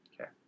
okay